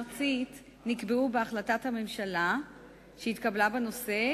ארצית נקבעו בהחלטת הממשלה שהתקבלה בנושא,